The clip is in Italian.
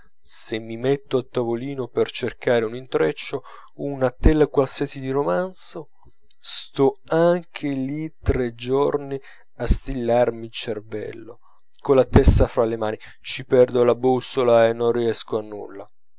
se mi metto a tavolino per cercare un intreccio una tela qualsiasi di romanzo sto anche lì tre giorni a stillarmi il cervello colla testa fra le mani ci perdo la bussola e non riesco a nulla